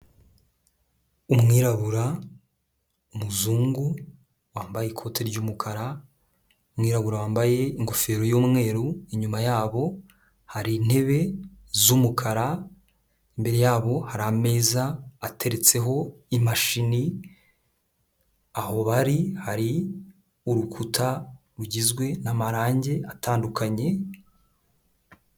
Umwirabura, umuzungu wambaye ikoti ry'umukara, umwirabura wambaye ingofero y'umweru, inyuma yabo hari intebe z'umukara, imbere yabo hari ameza ateretseho imashini, aho bari hari urukuta rugizwe n'amarangi atandukanye.